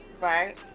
Right